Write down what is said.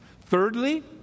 Thirdly